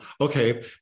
Okay